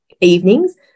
evenings